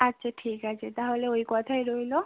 আচ্চা ঠিক আছে তাহলে ওই কথাই রইলো